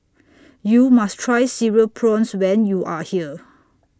YOU must Try Cereal Prawns when YOU Are here